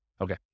Okay